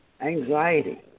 Anxiety